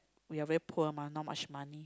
we are very poor ma not much money